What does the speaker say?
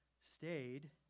stayed